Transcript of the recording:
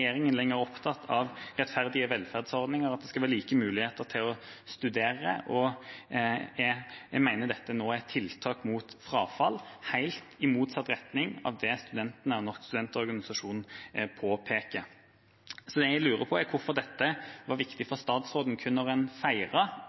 lenger opptatt av rettferdige velferdsordninger, og at det skal være like muligheter til å studere. Jeg mener dette nå er tiltak mot frafall, helt i motsatt retning av det studentene og Norsk studentorganisasjon påpeker. Det jeg lurer på, er hvorfor dette var viktig for statsråden kun da en